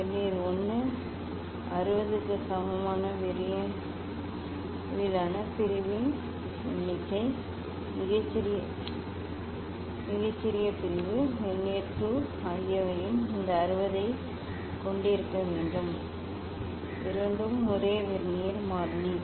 vernier 1 60 க்கு சமமான vernier அளவிலான பிரிவின் எண்ணிக்கை மிகச்சிறிய பிரிவு வெர்னியர் 2 ஆகியவையும் இந்த 60 ஐக் கொண்டிருக்க வேண்டும் இரண்டும் ஒரே வெர்னியர் மாறிலி